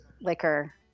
liquor